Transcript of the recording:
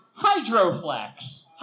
Hydroflex